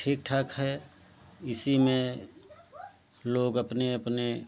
ठीक ठाक है इसी में लोग अपने अपने